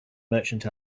merchant